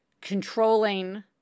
controlling